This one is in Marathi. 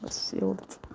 बस एवढंच